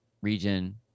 region